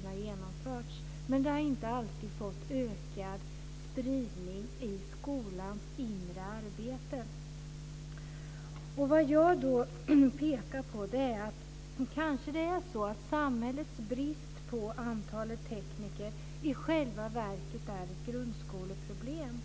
de har genomförts, men de har inte alltid fått ökad spridning i skolans inre arbete. Vad jag pekar på är att det kanske är så att samhällets brist på tekniker i själva verket är ett grundskoleproblem.